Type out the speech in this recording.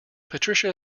patricia